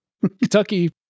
Kentucky